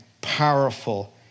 powerful